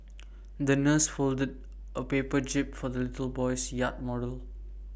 the nurse folded A paper jib for the little boy's yacht model